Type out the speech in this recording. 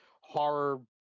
horror